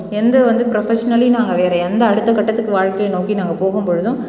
எந்த வந்து ப்ரொஃபஷ்னலி நாங்கள் வேறு எந்த அடுத்த கட்டத்துக்கு வாழ்க்கையை நோக்கி நாங்கள் போகும்பொழுதும்